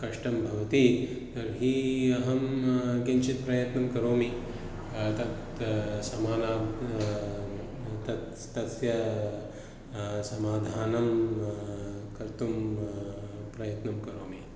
कष्टं भवति तर्हि अहं किञ्चित् प्रयत्नं करोमि तत् समान तत्स् तस्य समाधानं कर्तुं प्रयत्नं करोमि